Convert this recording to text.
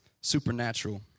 Supernatural